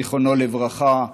זיכרונו לברכה,